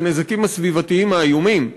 לתקן את הנזקים הסביבתיים האיומים.